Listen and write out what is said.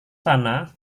sana